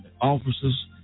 officers